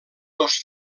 dos